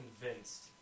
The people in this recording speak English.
convinced